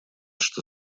что